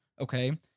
Okay